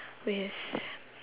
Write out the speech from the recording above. with